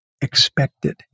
expected